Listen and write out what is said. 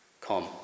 come